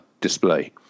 display